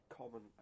common